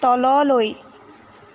তললৈ